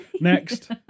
Next